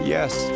Yes